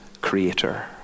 creator